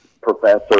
professor